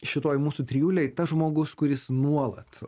šitoj mūsų trijulėj tas žmogus kuris nuolat